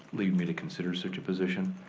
lead me to consider such a position.